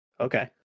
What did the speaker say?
Okay